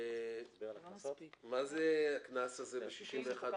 לרבות שימוש בכוח,